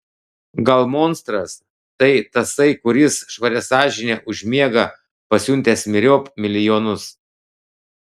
gal monstras tai tasai kuris švaria sąžine užmiega pasiuntęs myriop milijonus